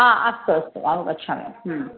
हा अस्तु अस्तु अवगच्छामि